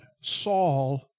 Saul